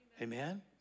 Amen